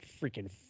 freaking